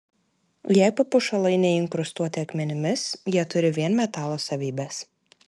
jei papuošalai neinkrustuoti akmenimis jie turi vien metalo savybes